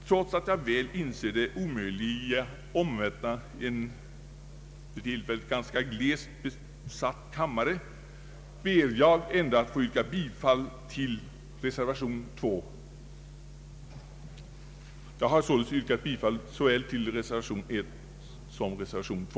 Trots att jag väl inser det omöjliga i att omvända en för tillfället ganska glest besatt kammare ber jag att få yrka bifall till såväl reservation I som reservation II.